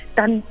dan